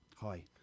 Hi